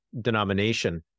denomination